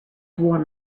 warm